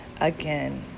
again